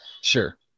sure